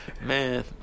man